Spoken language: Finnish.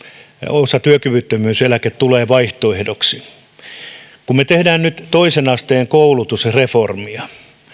osatyökyvyttömyyseläke tulee vaihtoehdoksi kun me teemme nyt toisen asteen koulutusreformia